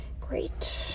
great